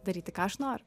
daryti ką aš noriu